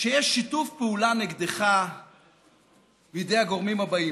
שיש שיתוף פעולה נגדך בידי הגורמים הבאים.